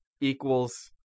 equals